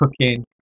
cooking